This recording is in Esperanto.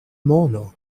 mono